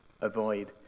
avoid